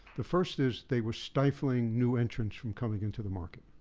the first is they were stifling new entrants from coming into the market.